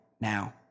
now